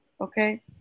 okay